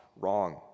wrong